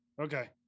Okay